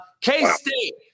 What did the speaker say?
K-State